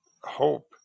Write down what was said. hope